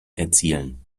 erzielen